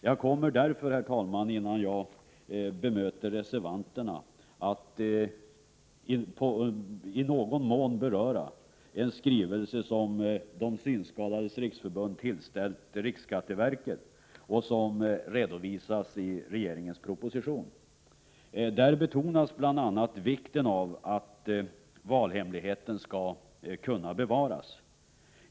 Jag kommer därför, herr talman, innan jag bemöter reservanterna, att något beröra en skrivelse som De Synskadades Riksförbund tillställt RSV och som redovisas i regeringens proposition. Där betonas bl.a. vikten av att valhemligheten skall kunna bevaras.